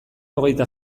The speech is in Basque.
hogeita